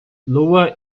lua